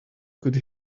could